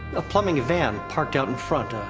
a plumbing van, parked out in front.